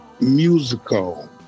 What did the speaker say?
musical